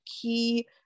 key